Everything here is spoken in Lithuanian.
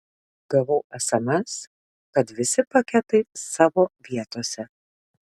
gavau sms kad visi paketai savo vietose